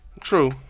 True